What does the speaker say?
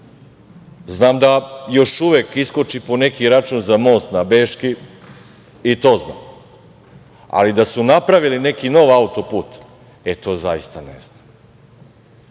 Znam da još uvek iskoči po neki račun za most na Beški i to znam, ali da su napravili neki novi autoput to zaista ne znam. Sada,